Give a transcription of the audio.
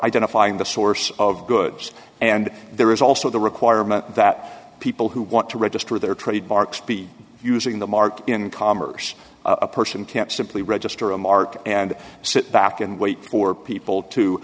identifying the source of goods and there is also the requirement that people who want to register their trademarks be using the mark in commerce a person can't simply register a mark and sit back and wait for people to